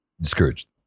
Discouraged